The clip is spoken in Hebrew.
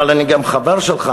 אבל אני גם חבר שלך,